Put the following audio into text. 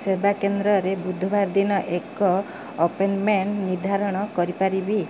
ସେବା କେନ୍ଦ୍ରରେ ବୁଧବାର ଦିନ ଏକ ଆପଏଣ୍ଟମେଣ୍ଟ ନିର୍ଦ୍ଧାରଣ କରିପାରିବି